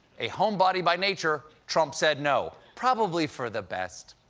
a homebody by nature, trump said no. probably for the best.